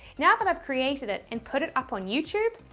now that i've created it and put it up on youtube.